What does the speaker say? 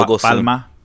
Palma